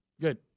Good